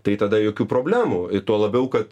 tai tada jokių problemų tuo labiau kad